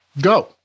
Go